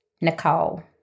Nicole